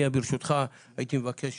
אני ברשותך הייתי מבקש